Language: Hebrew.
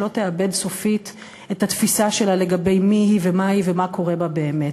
שלא תאבד סופית את התפיסה שלה לגבי מי היא ומה היא ומה קורה בה באמת.